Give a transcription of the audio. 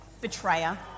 Betrayer